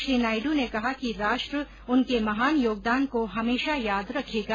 श्री नायडू ने कहा कि राष्ट्र उनके महान योगदान को हमेशा याद रखेगा